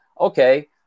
okay